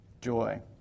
joy